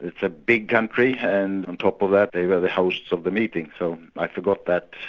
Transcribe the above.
it's a big country and on top of that they were the hosts of the meeting. so i forgot that.